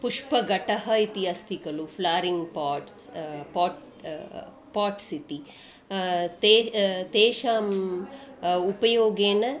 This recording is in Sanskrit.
पुष्पगटः इति अस्ति खलु फ़्लारिङ् पोट्स् पोट् पोट्स् इति ते तेषाम् उपयोगेन